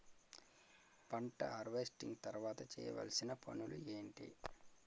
పంట హార్వెస్టింగ్ తర్వాత చేయవలసిన పనులు ఏంటి?